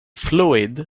fluid